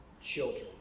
children